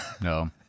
no